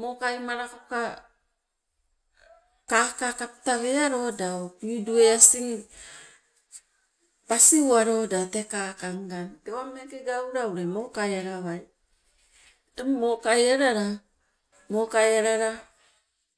mokai malakoka kaka kapta wealoda, pidue asing pasiu waloda tee kaka ngang tewa meeke gaula mokai alawai. Teng mokai alala, mokai alala